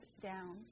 down